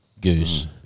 Goose